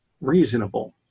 reasonable